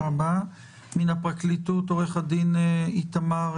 מן הפרקליטות עו"ד איתמר